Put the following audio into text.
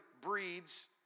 breeds